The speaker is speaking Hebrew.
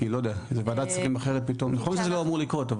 כי איזו ועדת שרים אחרת פתאום נכון שזה לא אמור לקרות,